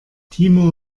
timo